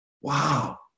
Wow